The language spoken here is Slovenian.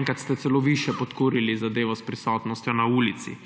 Enkrat ste celo vi še podkurili zadevo s prisotnostjo na ulici.